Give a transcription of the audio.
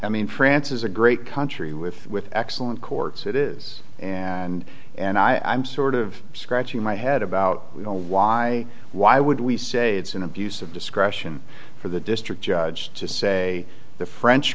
i mean france is a great country with with excellent courts it is and and i'm sort of scratching my head about why why would we say it's an abuse of discretion for the district judge to say the french